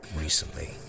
Recently